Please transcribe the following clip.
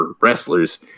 wrestlers